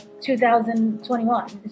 2021